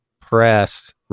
press